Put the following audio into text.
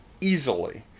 Easily